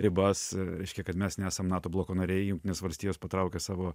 ribas reiškia kad mes nesam nato bloko nariai jungtinės valstijos patraukė savo